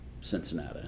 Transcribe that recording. Cincinnati